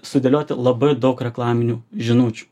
sudėlioti labai daug reklaminių žinučių